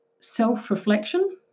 self-reflection